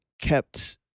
kept